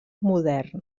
modern